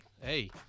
Hey